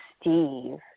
Steve